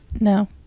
no